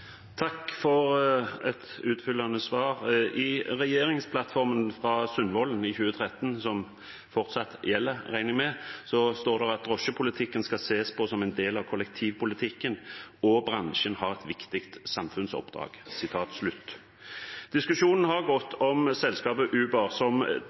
Takk for et utfyllende svar. I regjeringsplattformen fra Sundvolden i 2013, som jeg regner med fortsatt gjelder, står det: «Drosjepolitikken skal ses på som en del av kollektivpolitikken, og bransjen har et viktig samfunnsoppdrag.» Diskusjonen har gått om selskapet Uber som